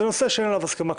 זה נושא שאין עליו הסכמה,